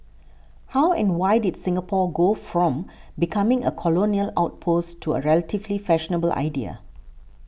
how and why did Singapore go from becoming a colonial outpost to a relatively fashionable idea